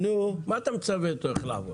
מה אתה --- איך לעבוד?